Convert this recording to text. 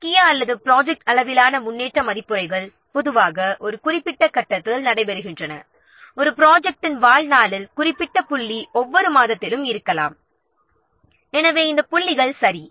முக்கிய அல்லது ப்ராஜெக்ட் அளவிலான முன்னேற்ற மதிப்புரைகள் பொதுவாக ஒரு குறிப்பிட்ட கட்டத்தில் நடைபெறுகின்றன ஒரு ப்ராஜெக்ட்டின் வாழ்நாளில் குறிப்பிட்ட புள்ளி ஒவ்வொரு மாதத்திலும் இருக்கலாம் எனவே இந்த புள்ளிகள் சரி